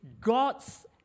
God's